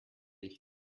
ich